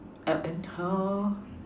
and how